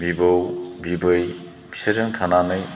बिबौ बिबै बिसोरजों थानानै